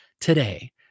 today